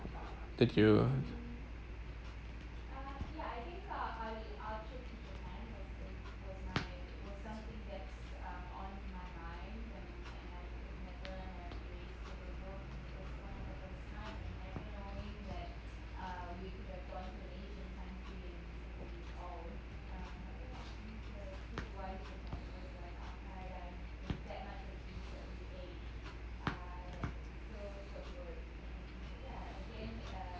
did you